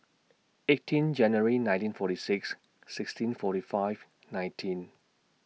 eighteen January nineteen forty six sixteen forty five nineteen